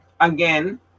again